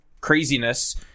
craziness